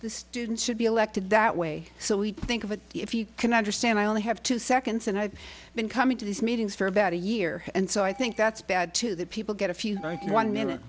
the students should be elected that way so we think of it if you can understand i only have two seconds and i've been coming to these meetings for about a year and so i think that's bad too that people get a few one minute